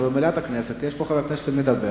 אתה במליאת הכנסת, יש פה חבר כנסת שמדבר.